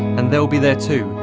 and they'll be there too,